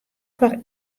foar